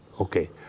okay